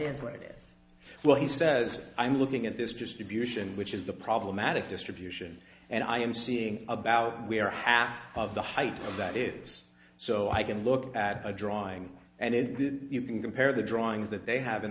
is where it is well he says i'm looking at this distribution which is the problematic distribution and i am seeing about where half of the height of that is so i can look at a drawing and it did you can compare the drawings that they have in